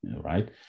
right